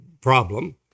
problem